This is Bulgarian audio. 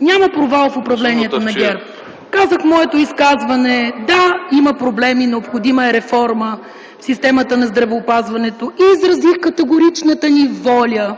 Няма провал в управлението на ГЕРБ. Казах: „Да, има проблеми, необходима е реформа в системата на здравеопазването” и изразих категоричната ни воля